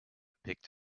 picked